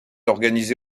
organisé